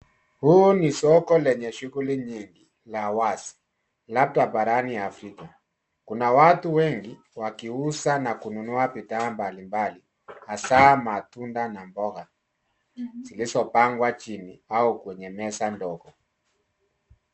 Huu ni soko lenye shughuli nyingi la wazi labda barani Afrika. Kuna watu wengi wakiuza na kununua bidhaa mbalimbali hasa matunda na mboga zilizopangwa chini au kwenye meza ndogo.